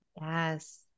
Yes